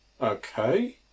Okay